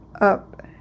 up